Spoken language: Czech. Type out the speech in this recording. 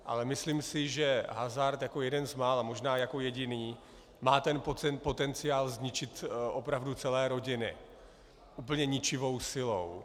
Ale myslím si, že hazard jako jeden z mála, možná jako jediný, má potenciál zničit opravdu celé rodiny úplně ničivou silou.